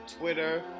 twitter